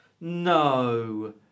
No